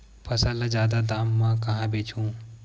फसल ल जादा दाम म कहां बेचहु?